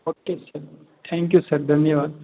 okay sir thank you sir धन्यवाद